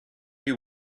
you